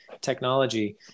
technology